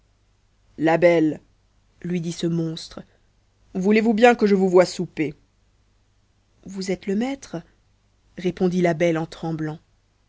la belle lui dit ce monstre voulez-vous bien que je vous voie souper vous êtes le maître répondit la belle en tremblant